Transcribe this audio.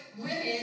women